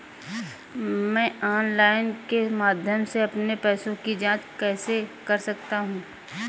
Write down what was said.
मैं ऑनलाइन के माध्यम से अपने पैसे की जाँच कैसे कर सकता हूँ?